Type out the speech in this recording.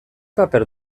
paper